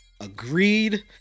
agreed